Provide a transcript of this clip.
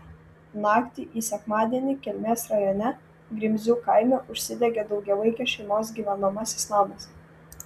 naktį į sekmadienį kelmės rajone grimzių kaime užsidegė daugiavaikės šeimos gyvenamasis namas